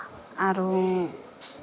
আৰু